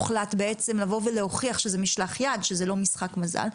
הוחלט לבוא ולהוכיח שזה משלח יד ושזה לא משחק מזל.